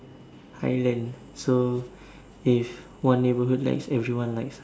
highland so if one day neighbourhood likes everyone likes ah